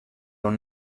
una